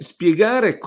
Spiegare